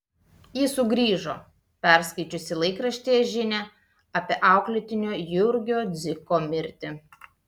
ji sugrįžo perskaičiusi laikraštyje žinią apie auklėtinio jurgio dziko mirtį